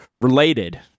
Related